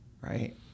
right